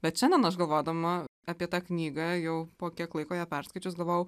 bet šiandien galvodama apie tą knygą jau po kiek laiko ją perskaičius galvojau